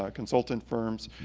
ah consultant firms.